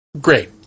great